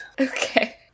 Okay